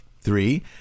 Three